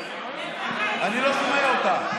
אני לא שומע אותך.